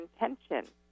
intention